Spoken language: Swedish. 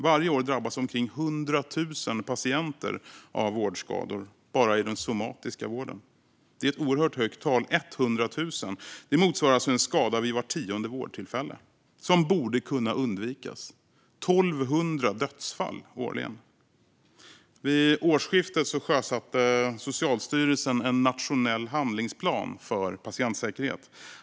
Varje år drabbas omkring 100 000 patienter av vårdskador bara i den somatiska vården. Det är ett oerhört högt tal - 100 000! Det motsvarar en skada vid vart tionde vårdtillfälle - som borde kunna undvikas. 1 200 dödsfall årligen! Vid årsskiftet sjösatte Socialstyrelsen en nationell handlingsplan för patientsäkerhet.